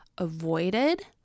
Avoided